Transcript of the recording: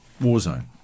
Warzone